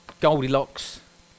Goldilocks